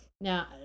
now